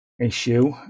issue